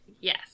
Yes